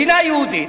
מדינה יהודית,